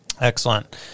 Excellent